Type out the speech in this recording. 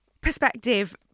perspective